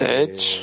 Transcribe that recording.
edge